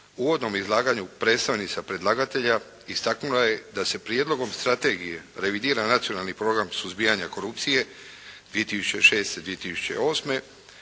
uvodnom izlaganju predstavnica predlagatelja istaknula je da se prijedlogom strategije revidira Nacionalni program suzbijanja korupcije 2006./2008.